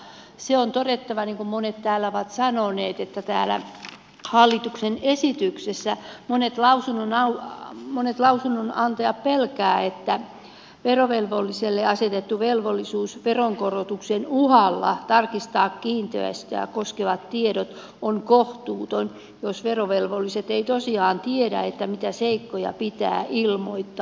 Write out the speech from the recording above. mutta se on todettava niin kuin monet täällä ovat sanoneet että täällä hallituksen esityksessä monet lausunnonantajat pelkäävät että verovelvolliselle asetettu velvollisuus veronkorotuksen uhalla tarkistaa kiinteistöä koskevat tiedot on kohtuuton jos verovelvolliset eivät tosiaan tiedä mitä seikkoja pitää ilmoittaa